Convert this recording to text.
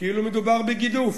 כאילו מדובר בגידוף.